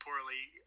Poorly